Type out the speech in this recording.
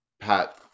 Pat